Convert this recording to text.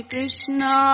Krishna